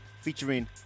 featuring